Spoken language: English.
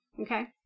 Okay